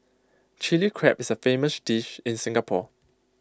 Chilli Crab is A famous dish in Singapore